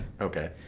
Okay